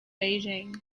beijing